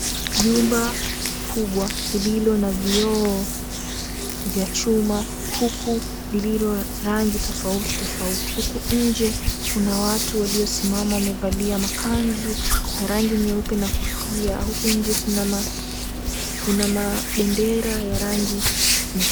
Jumba kubwa lililo na vioo za chuma huku lililorangi tofauti tofauti, huku nje kuna watu waliosimama wamevalia makanzu ya rangi nyeupe na kofia, huku nje kuna mabendera ya rangi nyekundu.